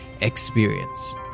experience